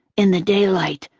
in the daylight,